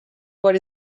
what